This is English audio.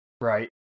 Right